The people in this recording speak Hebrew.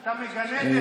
אתה מגנה טרור, טיבי?